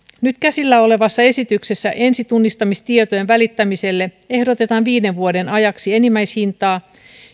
nyt käsillä olevassa esityksessä ensitunnistamistietojen välittämiselle ehdotetaan viiden vuoden ajaksi enimmäishintaa